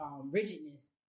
rigidness